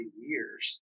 years